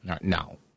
No